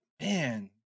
man